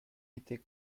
était